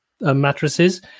mattresses